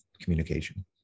communication